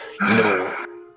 No